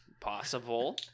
Possible